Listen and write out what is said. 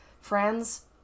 friends